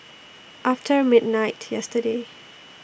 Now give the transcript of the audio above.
after midnight yesterday